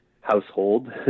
household